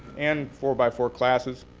and four-by-four classes,